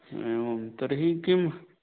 एवं तर्हि किम्